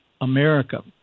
America